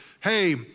hey